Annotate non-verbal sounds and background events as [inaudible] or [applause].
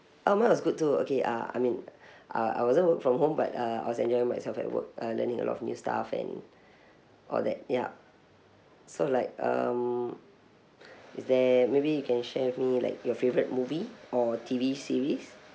oh mine was good too okay uh I mean [breath] uh I wasn't work from home but uh I was enjoying myself at work uh learning a lot of new stuff and [breath] all that ya so like um is there maybe you can share with me like your favourite movie or T_V series